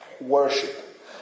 worship